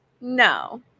No